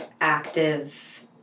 active